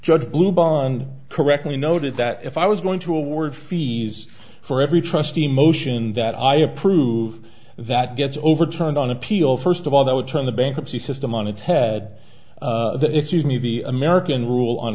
judge blue bond correctly noted that if i was going to award fees for every trustee motion that i approve that gets overturned on appeal first of all that would turn the bankruptcy system on its head the excuse me the american rule on